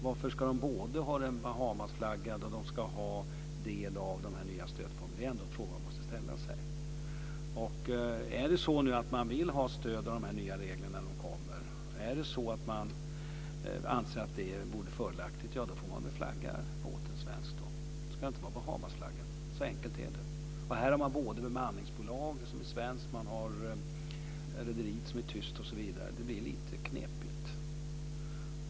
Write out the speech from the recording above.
Varför ska man både ha den Bahamasflaggad och ha del av de nya stöden? Det är ändå en fråga som man måste ställa sig. Vill man ha stöd genom de nya reglerna när de kommer, anser man att det vore fördelaktigt, ja, då får man väl flagga båten svenskt. Det ska inte vara Bahamasflagg. Så enkelt är det. Här har man både ett bemanningsbolag som är svenskt och ett rederi som är tyskt. Det blir lite knepigt.